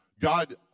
God